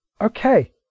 okay